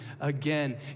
again